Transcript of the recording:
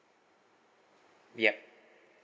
yup